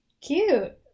Cute